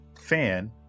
fan